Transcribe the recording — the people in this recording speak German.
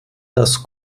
das